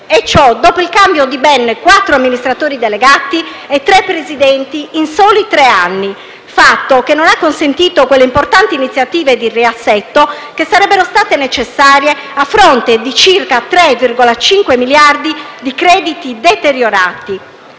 2019, dopo il cambio di ben quattro amministratori delegati e tre presidenti in soli tre anni; fatto che non ha consentito quelle importanti iniziative di riassetto che sarebbero state necessarie a fronte di circa 3,5 miliardi di crediti deteriorati.